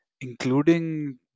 including